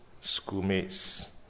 schoolmates